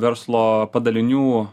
verslo padalinių